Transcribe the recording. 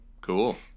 Cool